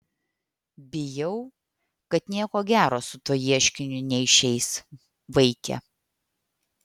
bijau kad nieko gero su tuo ieškiniu neišeis vaike